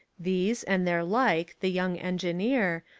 these, and their like, the young engineer,